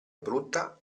brutta